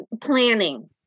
planning